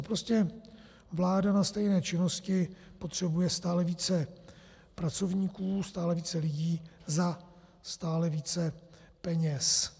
Prostě vláda na stejné činnosti potřebuje stále více pracovníků, stále více lidí za stále více peněz.